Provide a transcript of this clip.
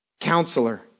counselor